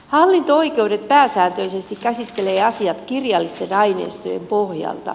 hallinto oikeudet pääsääntöisesti käsittelevät asiat kirjallisten aineistojen pohjalta